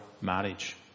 marriage